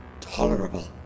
tolerable